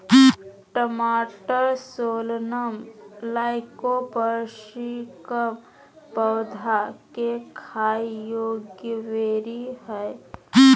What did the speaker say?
टमाटरसोलनम लाइकोपर्सिकम पौधा केखाययोग्यबेरीहइ